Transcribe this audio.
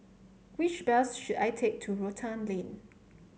which bus should I take to Rotan Lane